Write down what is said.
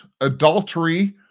adultery